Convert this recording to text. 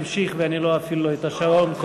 צריך לעצור את הדיון הזה.